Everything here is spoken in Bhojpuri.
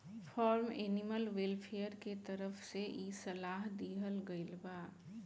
फार्म एनिमल वेलफेयर के तरफ से इ सलाह दीहल गईल बा